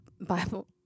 Bible